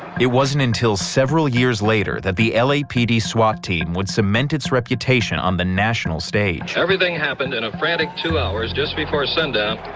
it wasn't until several years later that the lapd swat team would cement its reputation on the national stage. everything happened in a frantic two hours just before sundown.